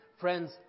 Friends